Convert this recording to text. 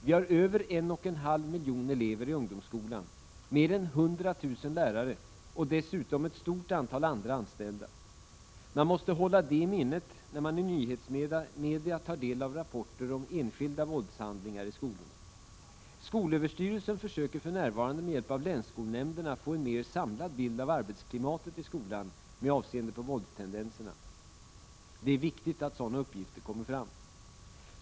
Vi har över 1,5 miljon elever i ungdomsskolan, mer än 100 000 lärare och dessutom ett stort antal andra anställda. Man måste hålla detta i minnet när man i nyhetsmedia tar del av rapporter om enskilda våldshandlingar i skolorna. Skolöverstyrelsen försöker för närvarande med hjälp av länsskolnämnderna få en mer samlad bild av arbetsklimatet i skolan med avseende på våldstendenserna. Det är viktigt att sådana uppgifter kommer fram.